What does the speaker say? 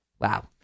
Wow